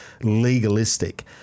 legalistic